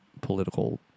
political